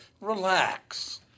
relax